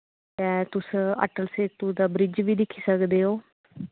ते तुस अटल सेतू दा ब्रिज़ बी दिक्खी सकदे ओ